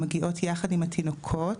מגיעות יחד עם התינוקות,